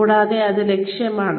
കൂടാതെ അത് ലഭ്യമാണ്